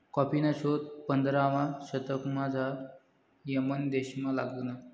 कॉफीना शोध पंधरावा शतकमझाऱ यमन देशमा लागना